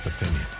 opinion